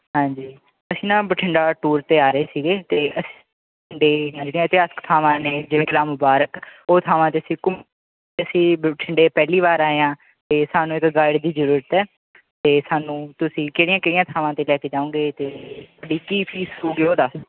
ਹਾਂਜੀ ਅਸੀਂ ਨਾ ਬਠਿੰਡਾ ਟੂਰ 'ਤੇ ਆ ਰਹੇ ਸੀਗੇ ਅਤੇ ਅਸ ਬਠਿੰਡੇ ਦੀਆਂ ਜਿਹੜੀਆਂ ਇਤਿਹਾਸਿਕ ਥਾਵਾਂ ਨੇ ਜਿਵੇਂ ਕਿਲ੍ਹਾ ਮੁਬਾਰਕ ਉਹ ਥਾਵਾਂ 'ਤੇ ਅਸੀਂ ਘੁੰਮ ਅਸੀਂ ਬਠਿੰਡੇ ਪਹਿਲੀ ਵਾਰ ਆਏ ਹਾਂ ਅਤੇ ਸਾਨੂੰ ਇੱਕ ਗਾਈਡ ਦੀ ਜ਼ਰੂਰਤ ਹੈ ਤਾਂ ਸਾਨੂੰ ਤੁਸੀਂ ਕਿਹੜੀਆਂ ਕਿਹੜੀਆਂ ਥਾਵਾਂ 'ਤੇ ਲੈ ਕੇ ਜਾਉਂਗੇ ਅਤੇ ਤੁਹਾਡੀ ਕੀ ਫੀਸ ਹੋਉਂਗੀ ਉਹ ਦੱਸ